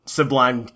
Sublime